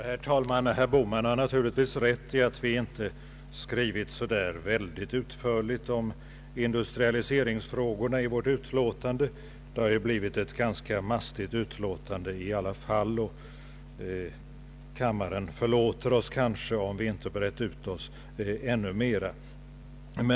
Herr talman! Herr Bohman har naturligtvis rätt i att vi inte skrivit så väldigt utförligt om industrialiseringsfrågorna i vårt utlåtande. Det har ju blivit ett ganska mastigt utlåtande i alla fall, och kammaren förlåter oss kanske för att vi inte brett ut oss ännu mera.